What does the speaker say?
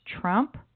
Trump